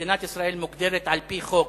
מדינת ישראל מוגדרת על-פי חוק